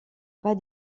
pas